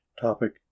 Topic